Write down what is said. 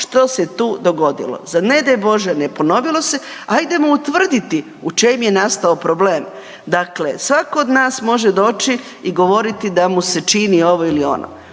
što se tu dogodilo. Za ne daj Bože, ne ponovilo se, ajdemo utvrditi u čem je nastao problem. Dakle, svatko od nas može doći i govoriti da mu se čini ovo ili ono.